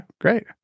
great